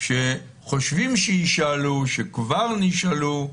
שחושבים שיישאלו, שכבר נשאלו,